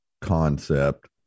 concept